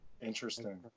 Interesting